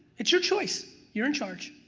it's your choice. you're in charge.